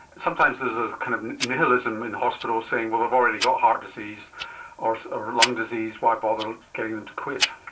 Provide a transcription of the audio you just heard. sometimes there is a kind of nihilism in hospital saying, well, i've already got heart disease or so or lung disease, why bother getting them to quit?